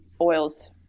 oils